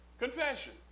confession